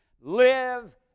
live